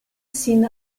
sin